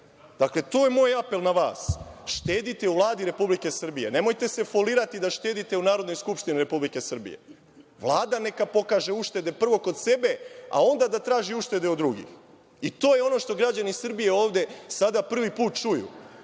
je moj apel na vas, štedite u Vladi Republike Srbije, nemojte se folirati da štedite u Narodnoj skupštini Republike Srbije. Vlada neka pokaže uštede prvo kod sebe, a onda da traži uštedu od drugih. I to je ono što građani Srbije ovde sada prvi put čuju,